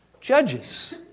judges